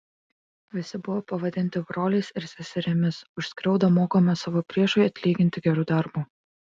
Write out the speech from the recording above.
visi buvo pavadinti broliais ir seserimis už skriaudą mokoma savo priešui atlyginti geru darbu